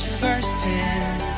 firsthand